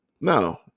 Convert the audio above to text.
No